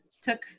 took